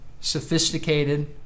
sophisticated